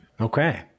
Okay